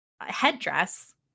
headdress